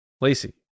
Lacey